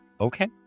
Okay